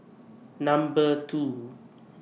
Number two